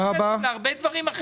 יש כסף להרבה דברים אחרים.